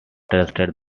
trusted